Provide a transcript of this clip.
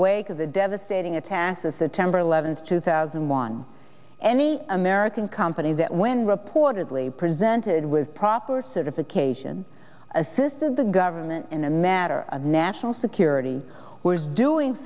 wake of the devastating attacks of september eleventh two thousand and one any american company that when reportedly presented with proper certification assisted the government in a matter of national security was doing